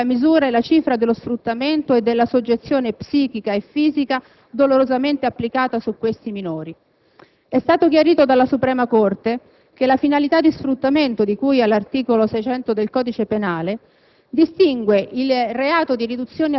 Sono proprio queste sentenze a darci la misura e la cifra dello sfruttamento e della soggezione psichica e fisica dolorosamente applicata su questi minori. È stato chiarito dalla Suprema corte che la finalità di sfruttamento di cui all'articolo 600 del codice penale